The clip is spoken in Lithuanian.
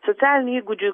socialinių įgūdžių